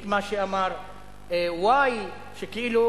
את מה שאמר y, שכאילו